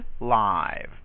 live